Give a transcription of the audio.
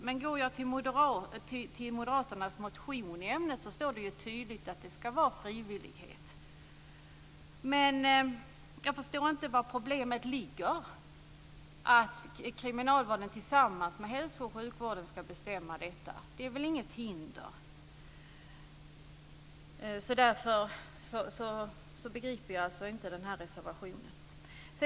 Men i moderaternas motion i ämnet står det ju tydligt att det ska vara frivillighet. Jag förstår inte vari problemet ligger att kriminalvården tillsammans med hälso och sjukvården ska bestämma detta. Det är väl inget hinder. Därför begriper jag alltså inte den reservationen.